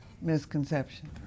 misconception